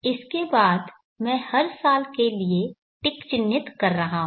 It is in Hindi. इसके बाद मैं हर साल के लिए टिक चिह्नित कर रहा हूं